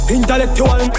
Intellectual